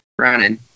running